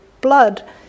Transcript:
blood